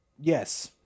yes